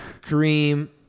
Kareem